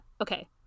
Okay